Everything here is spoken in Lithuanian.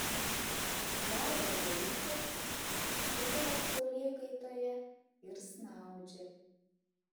paskabę žolytės sugula saulėkaitoje ir snaudžia